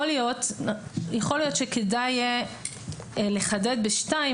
יכול להיות שכדאי יהיה לחדד ב-(2),